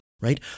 right